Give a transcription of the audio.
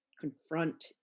confront